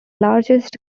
largest